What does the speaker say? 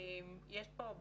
יש כאן בעיה.